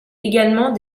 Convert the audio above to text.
également